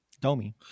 Domi